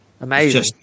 amazing